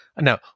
now